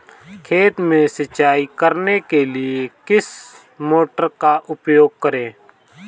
खेत में सिंचाई करने के लिए किस मोटर का उपयोग करें?